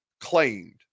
claimed